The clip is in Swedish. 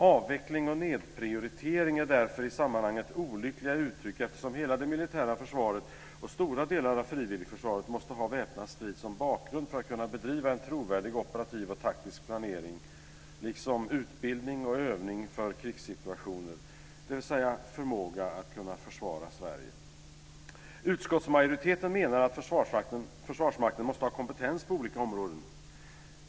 "Avveckling" och "nedprioritering" är därför i sammanhanget olyckliga uttryck, eftersom hela det militära försvaret och stora delar av frivilligförsvaret måste ha väpnad strid som bakgrund för att kunna bedriva en trovärdig operativ och taktisk planering liksom utbildning och övning för krigssituationer, dvs. för förmåga att försvara Sverige. Utskottsmajoriteten menar att Försvarsmakten måste ha kompetens på olika områden.